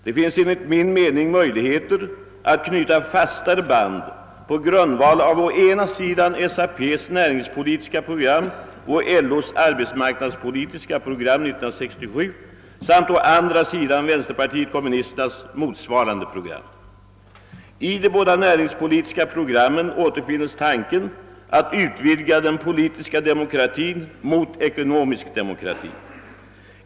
Det finns enligt min mening möjligheter att knyta fastare band på grundval av å ena sidan SAP:s näringspolitiska program och LO:s arbetsmarknadspolitiska program 1967 samt å andra sidan vänsterpartiet kommunisternas motsvarande program. I de båda näringspolitiska programmen återfinnes tanken att utvidga den politiska demokratin mot ekonomisk demokrati.